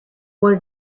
what